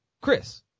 Chris